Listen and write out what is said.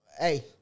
hey